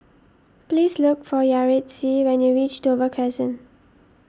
please look for Yaretzi when you reach Dover Crescent